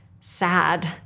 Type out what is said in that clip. sad